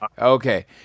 Okay